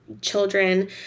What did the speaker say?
children